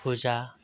फुजा